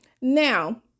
Now